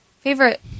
favorite